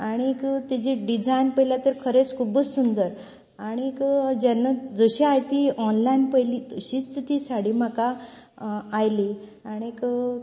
आनीक तिची डिझायन पयल्यार खरेंच खूब सुंदर आनीक जेन्ना जशीं हांये ती ऑनलायन तशीच ती साडी म्हाका आयली आनीक